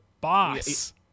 Boss